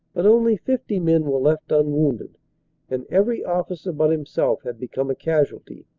but only fifty men were left unwounded and every officer but himself had become a casualty.